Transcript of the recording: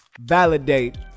validate